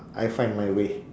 I find my way